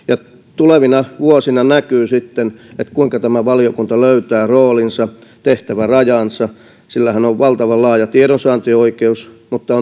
tulevina vuosina näkyy sitten kuinka tämä valiokunta löytää roolinsa tehtävärajansa sillähän on valtavan laaja tiedonsaantioikeus mutta